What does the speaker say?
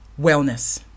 wellness